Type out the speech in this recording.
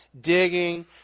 digging